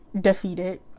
defeated